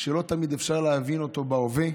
שלא תמיד אפשר להבין אותו בהווה,